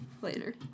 later